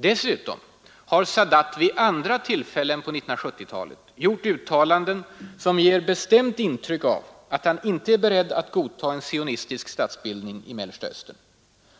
Dessutom har Sadat vid andra tillfällen på 1970-talet gjort uttalanden som ger bestämt intryck av att han inte är beredd att godta en sionistisk statsbildning i Mellersta Östern.